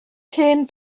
hen